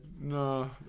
No